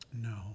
No